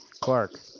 Clark